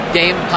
game